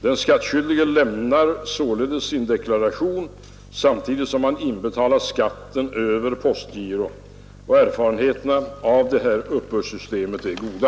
Den skattskyldige lämnar således sin deklaration samtidigt som han inbetalar skatten över postgiro. Erfarenheterna av detta uppbördssystem är goda.